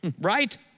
right